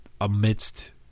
amidst